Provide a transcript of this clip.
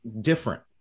different